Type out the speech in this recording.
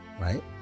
right